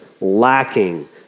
lacking